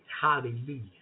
Hallelujah